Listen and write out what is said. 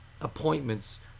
appointments